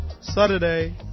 Saturday